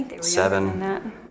seven